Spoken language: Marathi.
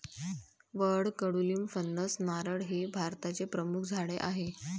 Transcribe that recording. वड, कडुलिंब, फणस, नारळ हे भारताचे प्रमुख झाडे आहे